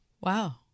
Wow